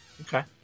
Okay